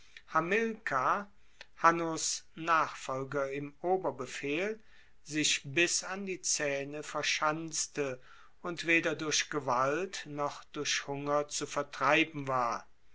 hannos nachfolger im oberbefehl sich bis an die zaehne verschanzte und weder durch gewalt noch durch hunger zu vertreiben war